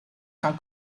gaan